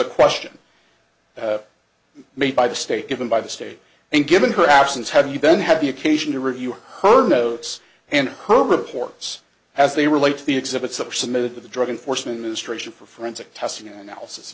a question made by the state given by the state and given her absence have you then had the occasion to review her notes and her reports as they relate to the exhibits submitted to the drug enforcement administration for forensic testing analysis